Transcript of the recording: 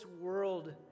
world